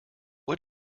what